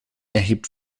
erhebt